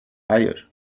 hayır